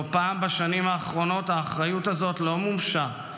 לא פעם בשנים האחרונות האחריות הזאת לא מומשה,